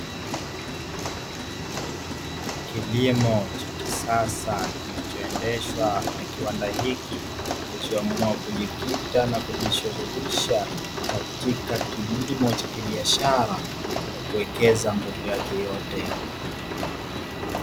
Kilimo cha kisasa kinachoendeshwa na kiwanda hiki, kilichoamua kujikita na kujishughulisha katika kilimo cha kibiashara na kuwekeza nguvu yake yote.